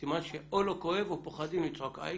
סימן שאו לא כואב או פוחדים לצעוק איי,